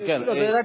כן,